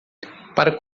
para